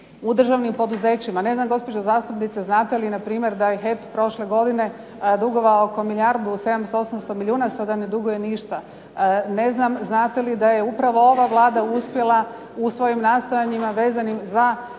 u državnim poduzećima. Ne znam gospođo zastupnice znate li npr. da je HEP prošle godine dugovao oko milijardu 700, 800 milijuna, sada ne duguje ništa. Ne znam znate li da je upravo ova Vlada uspjela u svojim nastojanjima vezanim za